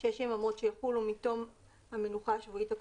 6 יממות שיחלו מתום המנוחה השבועית הקודמת,